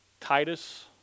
Titus